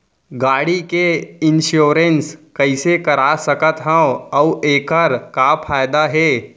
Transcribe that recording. गाड़ी के इन्श्योरेन्स कइसे करा सकत हवं अऊ एखर का फायदा हे?